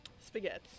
Spaghetti